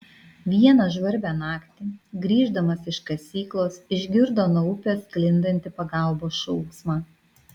vieną žvarbią naktį grįždamas iš kasyklos išgirdo nuo upės sklindantį pagalbos šauksmą